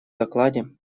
докладе